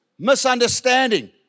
misunderstanding